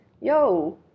yo